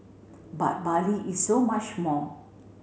but Bali is so much more